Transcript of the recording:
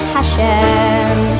Hashem